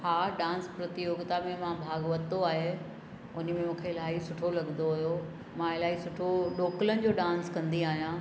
हा डांस प्रतियोगिता में मां भाग वरितो आहे हुन में मूंखे इलाही सुठो लॻंदो हुओ मां इलाही सुठो ढोकलनि जो डांस कंदी आहियां